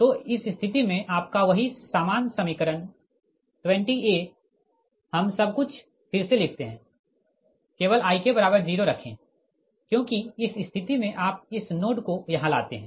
तो इस स्थिति में आपका वही सामान समीकरण 20 हम सब कुछ फिर से लिखते है केवल Ik0 रखे क्योंकि इस स्थिति में आप इस नोड को यहाँ लाते है